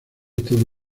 todo